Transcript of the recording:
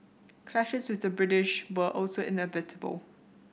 clashes with the British were also inevitable